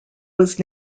was